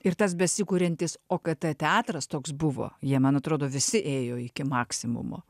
ir tas besikuriantis okt teatras toks buvo jie man atrodo visi ėjo iki maksimumo